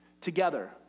together